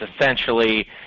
essentially